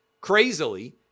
Crazily